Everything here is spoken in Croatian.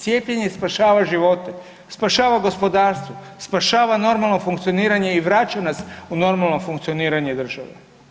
Cijepljenje spašava živote, spašava gospodarstvo, spašava normalno funkcioniranje i vraća nas u normalno funkcioniranje države.